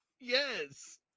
yes